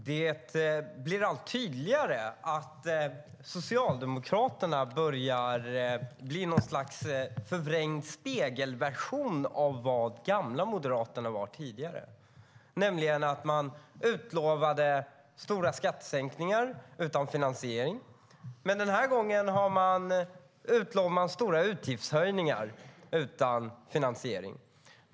Herr talman! Det blir allt tydligare att Socialdemokraterna börjar bli något slags förvrängd spegelversion av vad gamla Moderaterna var tidigare, nämligen att man utlovade stora skattesänkningar utan finansiering. Den här gången utlovar man stora utgiftshöjningar utan finansiering.